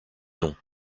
nom